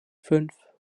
fünf